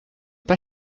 pas